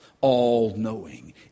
all-knowing